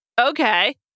okay